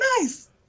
nice